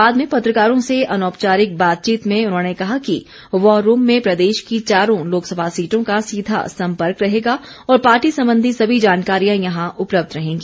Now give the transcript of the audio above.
बाद में पत्रकारों से अनौपचारिक बातचीत में उन्होंने कहा कि वॉर रूम में प्रदेश की चारों लोकसभा सीटों का सीधा सम्पर्क रहेगा और पार्टी संबंधी सभी जानकारियां यहां उपलब्ध रहेंगी